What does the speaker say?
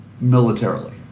Militarily